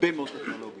הרבה מאוד טכנולוגיות.